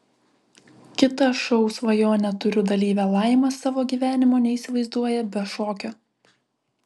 kita šou svajonę turiu dalyvė laima savo gyvenimo neįsivaizduoja be šokio